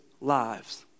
lives